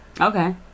Okay